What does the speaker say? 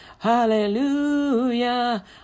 Hallelujah